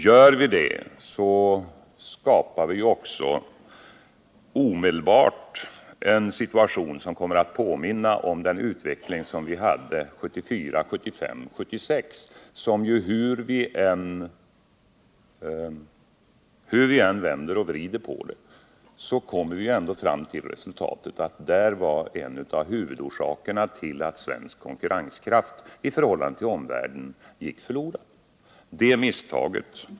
Gör vi det, skapar vi också omedelbart en situation som kommer att påminna om den utveckling som vi hade 1974, 1975 och 1976. Hur vi än vänder och vrider på det kommer vi ändå fram till att den utvecklingen var en av huvudorsakerna till att svensk konkurrenskraft i förhållande till omvärlden gick förlorad.